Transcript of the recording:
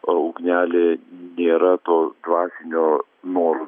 a ugnelė nėra to dvasinio noro